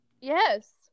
Yes